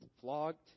flogged